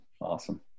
awesome